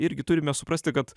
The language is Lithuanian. irgi turime suprasti kad